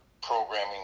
programming